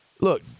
look